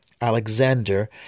Alexander